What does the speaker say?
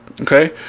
okay